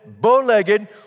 bow-legged